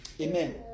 Amen